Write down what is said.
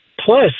Plus